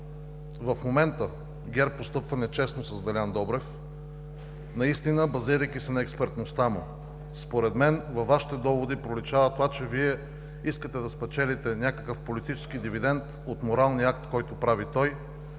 в момента ГЕРБ постъпва нечестно с Делян Добрев, наистина базирайки се на експертността му. Според мен във Вашите доводи проличава това, че Вие искате да спечелите някакъв политически дивидент от моралния акт, който прави той.